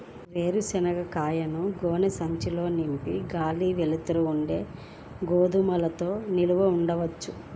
వేరుశనగ కాయలను గోనె సంచుల్లో నింపి గాలి, వెలుతురు ఉండే గోదాముల్లో నిల్వ ఉంచవచ్చా?